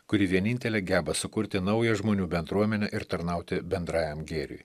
kuri vienintelė geba sukurti naują žmonių bendruomenę ir tarnauti bendrajam gėriui